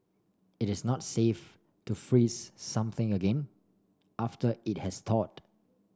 it is not safe to freezes something again after it has thawed